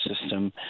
system